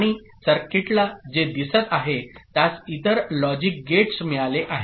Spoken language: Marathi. आणि सर्किटला जे दिसत आहे त्यास इतर लॉजिक गेट्स मिळाले आहेत